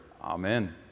Amen